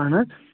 اَہَن حظ